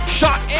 shot